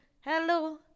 Hello